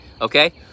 okay